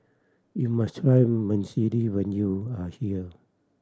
you must try Vermicelli when you are here